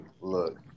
look